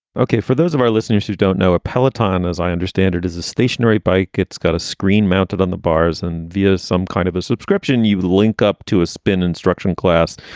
ok, for those of our listeners who don't know a palatine, as i understand it, is a stationary bike, it's got a screen mounted on the bars and v is some kind of a subscription, you link up to a spin instruction class,